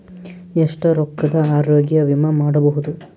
ಎಷ್ಟ ರೊಕ್ಕದ ಆರೋಗ್ಯ ವಿಮಾ ಮಾಡಬಹುದು?